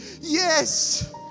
yes